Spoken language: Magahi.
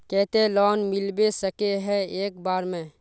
केते लोन मिलबे सके है एक बार में?